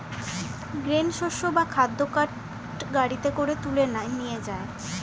grain শস্য বা খাদ্য কার্ট গাড়িতে করে তুলে নিয়ে যায়